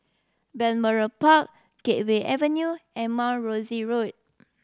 Balmoral Park Gateway Avenue and Mount Rosie Road